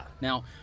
Now